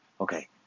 Okay